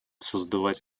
создавать